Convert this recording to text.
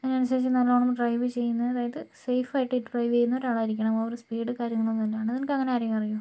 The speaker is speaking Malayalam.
അതിനനുസരിച്ച് നല്ലോണമൊന്ന് ഡ്രൈവ് ചെയ്യുന്ന അതായത് സെയ്ഫായിട്ട് ഡ്രൈവ് ചെയ്യുന്ന ഒരാളായിരിക്കണം ഓവർ സ്പീഡ് കാര്യങ്ങളൊന്നുമില്ലാണ്ട് നിനക്ക് അങ്ങനെ ആരെയെങ്കിലും അറിയുമോ